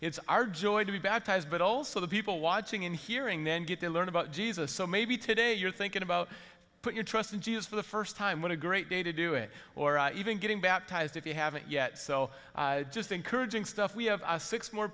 it's our joy to be baptized but also the people watching and hearing then get to learn about jesus so maybe today you're thinking about put your trust in jesus for the first time what a great day to do it or even getting baptized if you haven't yet so just encouraging stuff we have six more